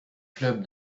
clubs